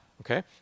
Okay